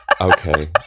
Okay